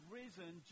risen